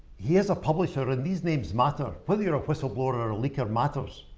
he's a publisher and these names matter. whether you're a whistleblower or a leaker matters.